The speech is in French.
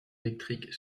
électrique